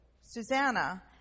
Susanna